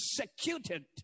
executed